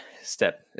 step